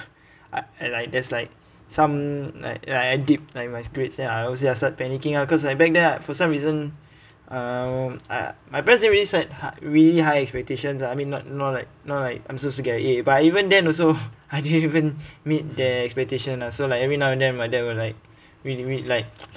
I and like there's like some like a a dip like my grades I always ya start panicking lah cause like back then for some reason um uh my parents didn't really set hi~ really high expectations ah I mean not not like not like I'm supposed to go A but even then also I didn't even meet their expectation ah so like every now and then my dad will like we~ we~ like